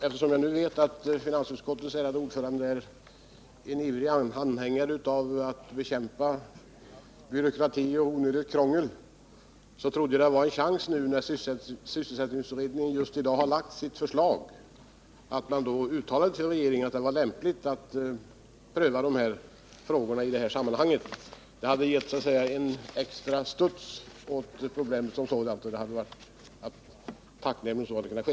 Eftersom jag vet att finansutskottets ärade ordförande är ivrig att bekämpa byråkrati och onödigt krångel, trodde jag att han skulle finna det lämpligt just i dag, när sysselsättningsutredningen har lagt fram sitt förslag, att riksdagen uttalade till regeringen att den fråga vi har tagit upp i motionen prövas i det sammanhanget. Det skulle så att säga ge en extra studs åt frågan, och det vore tacknämligt om så kunde ske.